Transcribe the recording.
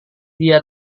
dia